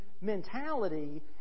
mentality